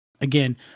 Again